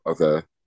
okay